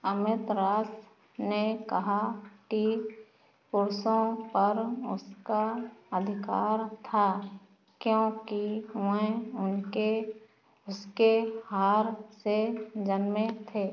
Amaterasu ने कहा कि पुरुषों पर उसका अधिकार था क्योंकि वह उनके उसकी हार से जन्मे थे